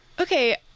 Okay